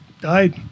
died